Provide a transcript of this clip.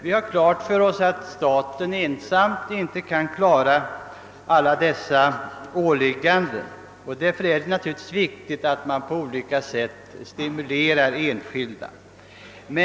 Vi har klart för oss att staten ensam inte kan klara alla ålägganden i detta sammanhang. Därför är det naturligtvis viktigt att på olika sätt stimulera enskilda bidragsgivare.